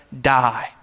die